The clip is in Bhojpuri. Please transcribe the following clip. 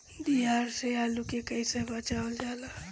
दियार से आलू के कइसे बचावल जाला?